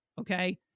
okay